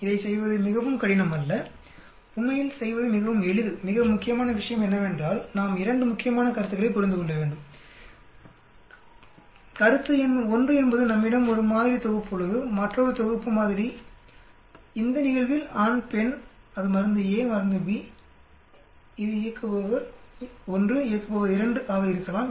இதைச் செய்வது மிகவும் கடினம் அல்ல உண்மையில் செய்வது மிகவும் எளிது மிக முக்கியமான விஷயம் என்னவென்றால் நாம் 2 முக்கியமான கருத்துகளைப் புரிந்து கொள்ள வேண்டும் கருத்து எண் 1 என்பது நம்மிடம் ஒரு மாதிரி தொகுப்பு உள்ளது மற்றொரு மாதிரி தொகுப்பு இந்த நிகழ்வில் ஆண் பெண் அது மருந்து எ மருந்து பி இது இயக்குபவர் 1 இயக்குபவர் 2 ஆக இருக்கலாம்